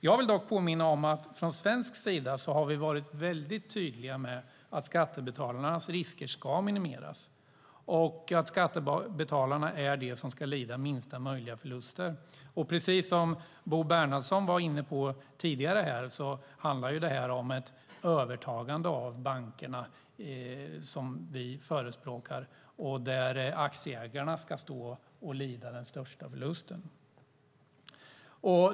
Jag vill dock påminna om att vi från svensk sida har varit mycket tydliga med att skattebetalarnas risker ska minimeras och att skattebetalarna är de som ska lida minsta möjliga förluster. Som Bo Bernhardsson tidigare var inne på handlar det om ett övertagande av bankerna som vi förespråkar, där aktieägarna ska lida den största förlusten.